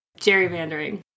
Gerrymandering